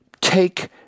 take